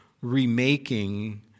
remaking